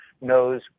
knows